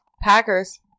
Packers